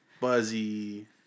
Buzzy